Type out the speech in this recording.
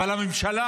אבל הממשלה